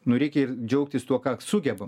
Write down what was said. nu reikia ir džiaugtis tuo ką sugebam